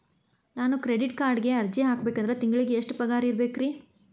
ನಾನು ಕ್ರೆಡಿಟ್ ಕಾರ್ಡ್ಗೆ ಅರ್ಜಿ ಹಾಕ್ಬೇಕಂದ್ರ ತಿಂಗಳಿಗೆ ಎಷ್ಟ ಪಗಾರ್ ಇರ್ಬೆಕ್ರಿ?